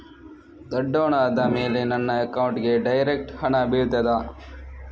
ದೊಡ್ಡವನಾದ ಮೇಲೆ ನನ್ನ ಅಕೌಂಟ್ಗೆ ಡೈರೆಕ್ಟ್ ಹಣ ಬೀಳ್ತದಾ?